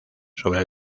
sobre